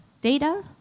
data